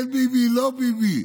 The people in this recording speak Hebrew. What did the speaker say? כן ביבי, לא ביבי.